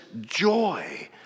joy